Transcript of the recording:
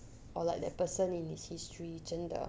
or like that person in his history 真的